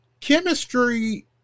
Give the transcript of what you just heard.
Chemistry